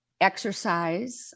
exercise